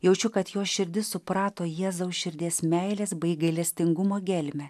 jaučiu kad jo širdis suprato jėzaus širdies meilės bei gailestingumo gelmę